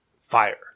fire